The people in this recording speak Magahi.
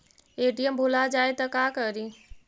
ए.टी.एम भुला जाये त का करि?